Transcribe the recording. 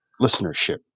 listenership